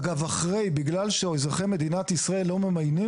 אגב בגלל שאזרחי מדינת ישראל לא ממיינים